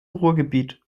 ruhrgebiet